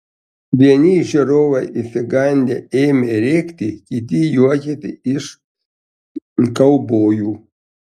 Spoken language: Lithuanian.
vieni žiūrovai išsigandę ėmė rėkti kiti juokėsi iš kaubojų